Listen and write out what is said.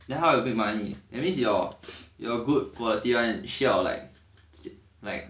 then how you make money that's mean your your good quality [one] sell like like